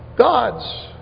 gods